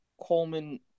Coleman